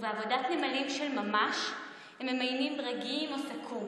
ובעבודת נמלים של ממש ממיינים ברגים או סכו"ם,